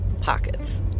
pockets